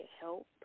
help